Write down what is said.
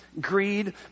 greed